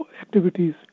activities